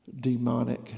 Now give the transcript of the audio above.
demonic